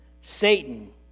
Satan